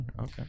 okay